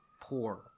poor